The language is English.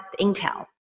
Intel